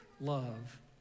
love